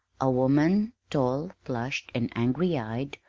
a woman, tall, flushed, and angry-eyed,